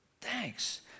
Thanks